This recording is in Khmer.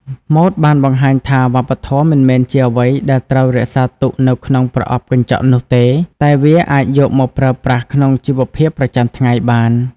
ម៉ូដបានបង្ហាញថាវប្បធម៌មិនមែនជាអ្វីដែលត្រូវរក្សាទុកនៅក្នុងប្រអប់កញ្ចក់នោះទេ តែវាអាចយកមកប្រើប្រាស់ក្នុងជីវភាពប្រចាំថ្ងៃបាន។